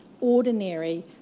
ordinary